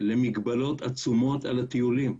למגבלות עצומות על הטיולים,